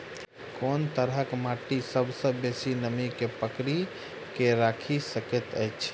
कोन तरहक माटि सबसँ बेसी नमी केँ पकड़ि केँ राखि सकैत अछि?